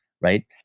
right